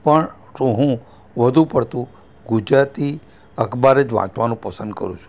પણ હું વધુ પડતું ગુજરાતી અખબાર જ વાંચવાનું પસંદ કરું છું